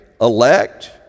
elect